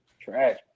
trash